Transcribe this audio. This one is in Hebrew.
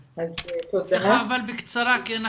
בקצרה.